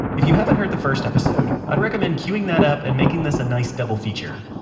if you haven't heard the first episode, i'd recommend quing that up and making this a nice double feature.